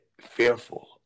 fearful